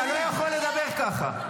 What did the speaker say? אתה לא יכול לדבר ככה.